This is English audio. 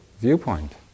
viewpoint